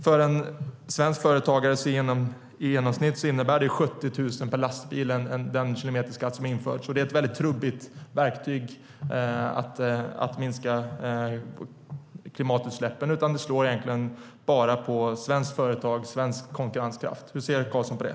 För en svensk företagare innebär den kilometerskatt som införs i genomsnitt 70 000 per lastbil, och det är ett väldigt trubbigt verktyg för att minska klimatutsläppen. Det slår mot svenskt företagande och svensk konkurrenskraft. Hur ser Karlsson på det?